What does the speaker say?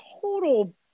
total